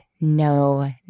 no